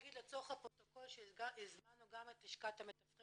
לצורך הפרוטוקול אני אומר שהזמנו גם את לשכת המתווכים